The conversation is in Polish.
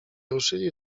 ruszyli